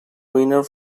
winner